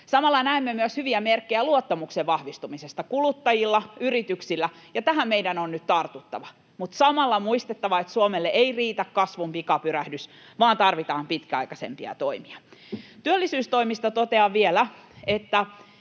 Samalla näemme myös hyviä merkkejä luottamuksen vahvistumisesta kuluttajilla ja yrityksillä, ja tähän meidän on nyt tartuttava, mutta samalla on muistettava, että Suomelle ei riitä kasvun pikapyrähdys vaan tarvitaan pitkäaikaisempia toimia. Työllisyystoimista totean vielä, että